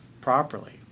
properly